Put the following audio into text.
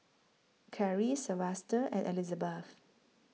Caryl Silvester and Elizabeth